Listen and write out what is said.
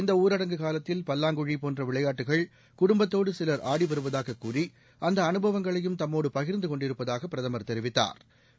இந்த ஊரடங்கு காலத்தில் பல்லாங்குழி போன்ற விளையாட்டுக்கள் குடும்பத்தோடு சிலா ஆடி வருவதாகக் கூறி அந்த அனுபவங்களையும் தம்மோடு பகிாந்து கொண்டிருப்பதாக பிரதமா் தெரிவித்தாா்